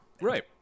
Right